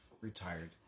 retired